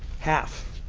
half.